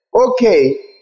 Okay